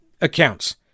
accounts